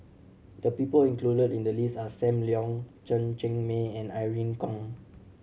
the people included in the list are Sam Leong Chen Cheng Mei and Irene Khong